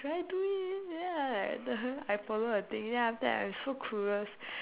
should I do it ya like then I follow the thing then after that I so clueless